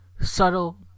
subtle